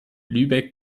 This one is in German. lübeck